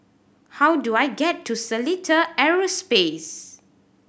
how do I get to Seletar Aerospace